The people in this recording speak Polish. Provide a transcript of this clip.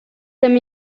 tym